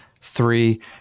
three